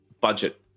budget